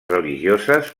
religioses